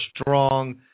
strong